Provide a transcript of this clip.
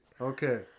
Okay